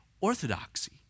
orthodoxy